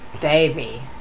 baby